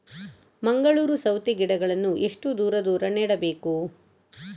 ಮಂಗಳೂರು ಸೌತೆ ಗಿಡಗಳನ್ನು ಎಷ್ಟು ದೂರ ದೂರ ನೆಡಬೇಕು?